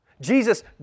Jesus